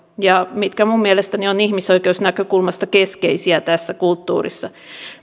ja mitkä minun mielestäni ovat ihmisoikeusnäkökulmasta keskeisiä tässä kulttuurissa